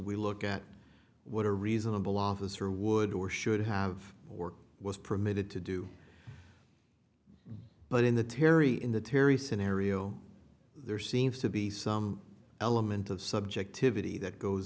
we look at what a reasonable officer would or should have or was permitted to do but in the terry in the terry scenario there seems to be some element of subjectivity that goes